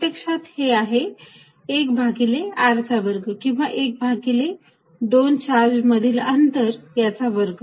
प्रत्यक्षात हे आहे 1 भागिले r चा वर्ग किंवा 1 भागिले दोन चार्ज मधील अंतर याचा वर्ग